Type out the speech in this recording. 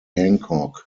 hancock